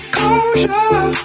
Closure